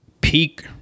peak